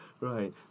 Right